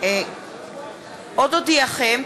עוד אודיעכם,